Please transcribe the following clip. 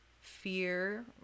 fear